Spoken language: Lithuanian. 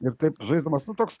ir taip žaisdamas nu toks